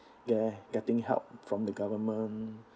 get~ getting help from the government